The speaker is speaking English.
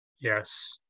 Yes